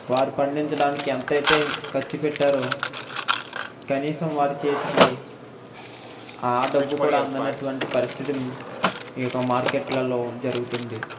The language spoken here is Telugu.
వారు పండించడానికి ఎంత అయితే ఖర్చు పెట్టారో కనీసం వారి చేతికి ఆ డబ్బు కూడా అందనటువంటి పరిస్థితి ఈ యొక్క మార్కెట్లలో జరుగుతుంది